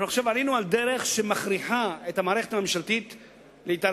אנחנו עכשיו עלינו על דרך שמכריחה את המערכת הממשלתית להתארגן,